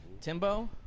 Timbo